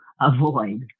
avoid